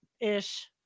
ish